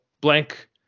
blank